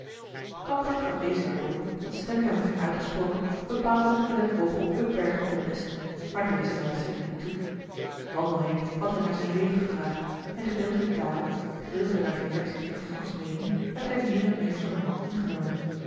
kamper gaf deze woorden met stemverheffing uitgesproken bepaaldelijk met het oog op upbergen ten beste maar deze luisterde niet toe wandelheem had hem naar zijn leven gevraagd en gedeeltelijk daarom gedeeltelijk uit reactie tegen fokke's meening werd hij meer en meer voor den man ingenomen